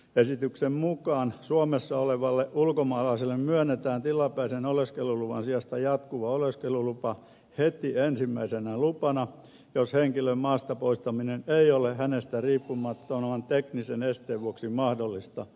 esityksen mukaan suomessa olevalle ulkomaalaiselle myönnetään tilapäisen oleskeluluvan sijasta jatkuva oleskelulupa heti ensimmäisenä lupana jos henkilön maasta poistaminen ei ole hänestä riippumattoman teknisen esteen vuoksi mahdollista